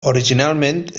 originalment